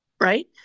right